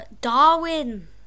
Darwin